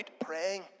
praying